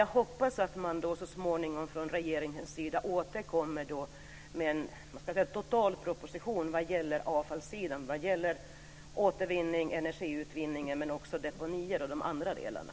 Jag hoppas att regeringen så småningom återkommer med en heltäckande proposition på avfallsområdet vad gäller energiutvinning, deponier m.m.